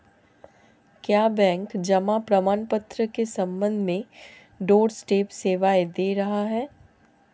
क्या बैंक जमा प्रमाण पत्र के संबंध में डोरस्टेप सेवाएं दे रहा है?